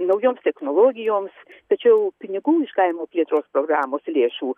naujoms technologijoms tačiau pinigų iš kaimo plėtros programos lėšų